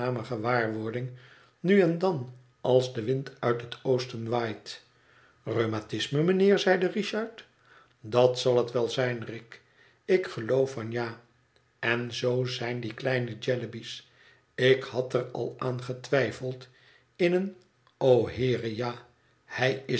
gewaarwording nu en dan als de wind uit het oosten waait rheumatisme mijnheer zeide richard dat zal het wel zijn rick ik geloof van ja en zoo zijn die kleine jellyby's ik had er al aan getwijfeld in een o heere ja